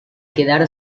quedar